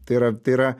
tai yra tai yra